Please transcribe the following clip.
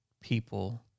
people